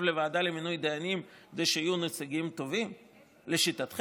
לוועדה למינוי דיינים כדי שיהיו נציגים טובים לשיטתכם?